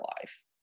life